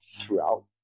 throughout